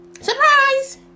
Surprise